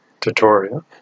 tutorial